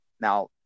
Now